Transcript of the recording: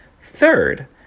Third